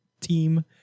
team